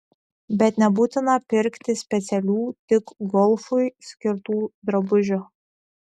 bet nebūtina pirkti specialių tik golfui skirtų drabužių